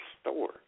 store